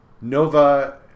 Nova